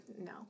no